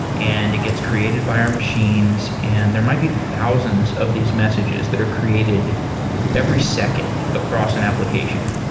and it gets created by our machines and there might be thousands of these messages that are created every second across an application.